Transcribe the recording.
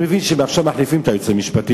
אני מבין שעכשיו מחליפים את היועץ המשפטי,